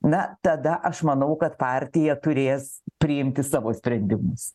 na tada aš manau kad partija turės priimti savo sprendimus